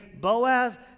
Boaz